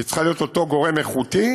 היא צריכה להיות אותו גורם איכותי.